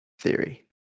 theory